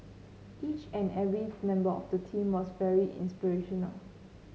each and every member of the team was very inspirational